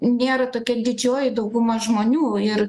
nėra tokia didžioji dauguma žmonių ir